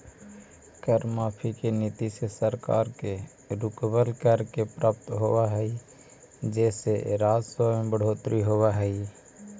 कर माफी के नीति से सरकार के रुकवल, कर के प्राप्त होवऽ हई जेसे राजस्व में बढ़ोतरी होवऽ हई